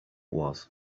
was